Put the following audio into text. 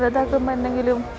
റദ്ദാക്കുമ്പം എന്തെങ്കിലും